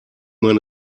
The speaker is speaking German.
man